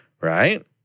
right